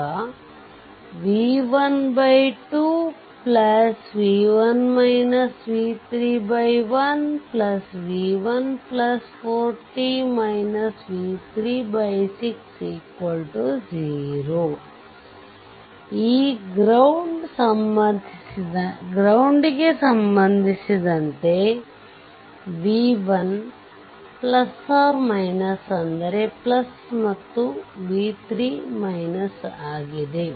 ಆಗ v12 1 v140 v36 0 ಈ ground ಗೆ ಸಂಭಂಧಿಸಿದಂತೆ v1 ಅಂದರೆ ಮತ್ತು v3 ಆಗಿದೆ